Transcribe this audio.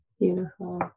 Beautiful